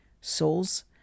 souls